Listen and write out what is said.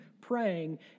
praying